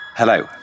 Hello